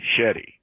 Shetty